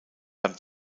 beim